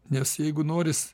nes jeigu noris